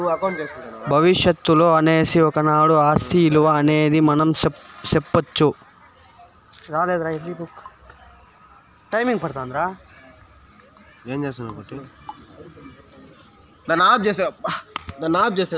భవిష్యత్తులో అనేసి ఒకనాడు ఆస్తి ఇలువ అనేది మనం సెప్పొచ్చు